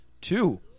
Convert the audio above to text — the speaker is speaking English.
Two